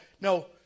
no